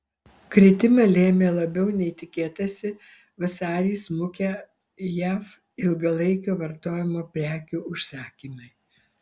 kritimą lėmė labiau nei tikėtasi vasarį smukę jav ilgalaikio vartojimo prekių užsakymai